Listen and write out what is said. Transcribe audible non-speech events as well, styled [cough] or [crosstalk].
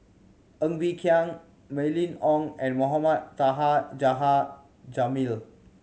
Ng Bee Kia Mylene Ong and Mohamed Taha [unintelligible] Jamil